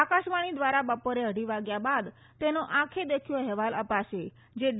આકાશવાણી દ્વારા બપોરે અઢી વાગ્યા બાદ તેનો આંખે દેખ્યો અહેવાલ અપાશે જે ડી